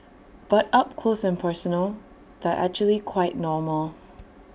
but up close and personal they're actually quite normal